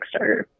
Kickstarter